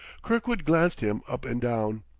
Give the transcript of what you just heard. kirkwood glanced him up and down,